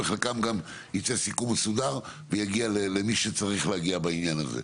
וייצא גם סיכום מסודר ויגיע למי שצריך להגיע בעניין הזה.